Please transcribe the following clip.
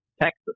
Texas